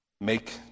Make